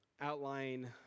outline